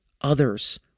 others